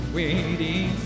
waiting